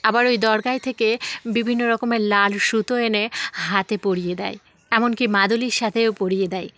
আবার ওই দরগায় থেকে বিভিন্ন রকমের লাল সুতো এনে হাতে পরিয়ে দেয় এমন কি মাদুলির সাথেও পরিয়ে দেয়